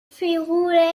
figuren